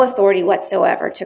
authority whatsoever to